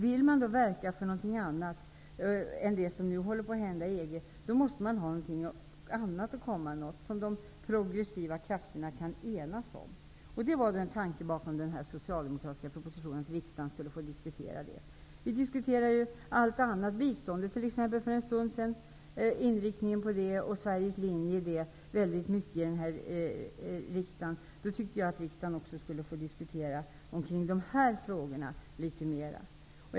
Vill man verka för något annat än det som nu håller på att hända i EG, måste man ha ett alternativ att komma med, något som de progressiva krafterna kan enas om. En tanke bakom den socialdemokratiska propositionen var just att riksdagen skulle få diskutera detta. Vi diskuterar ju allt annat. T.ex. diskuterade vi för en stund sedan Sveriges inriktning och linje i fråga om biståndet. Då tycker jag att riksdagen också skulle få möjlighet att litet mer diskutera de här frågorna.